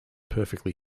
perfectly